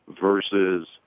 Versus